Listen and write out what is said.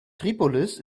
tripolis